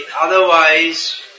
otherwise